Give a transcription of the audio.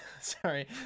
Sorry